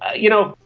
you know,